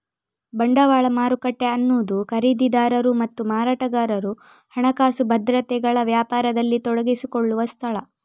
ಬಂಡವಾಳ ಮಾರುಕಟ್ಟೆ ಅನ್ನುದು ಖರೀದಿದಾರರು ಮತ್ತು ಮಾರಾಟಗಾರರು ಹಣಕಾಸು ಭದ್ರತೆಗಳ ವ್ಯಾಪಾರದಲ್ಲಿ ತೊಡಗಿಸಿಕೊಳ್ಳುವ ಸ್ಥಳ